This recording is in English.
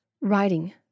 Writing